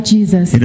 Jesus